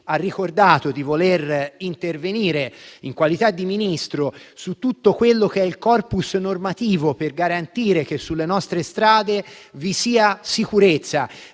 ha ricordato di voler intervenire in qualità di Ministro sull'intero *corpus* normativo, per garantire che sulle nostre strade vi siano sicurezza